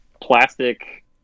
plastic